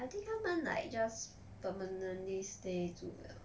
I think 他们 like just permanently stay 住了